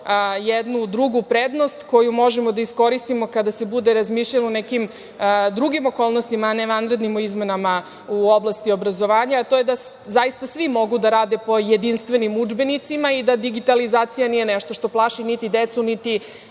jednu drugu prednost koju možemo da iskoristimo kada se bude razmišljalo u nekim drugim okolnostima a ne vanrednim, o izmenama u oblasti obrazovanja, a to je da zaista svi mogu da rade po jedinstvenim udžbenicima i da digitalizacija nije nešto što plaši, niti decu, niti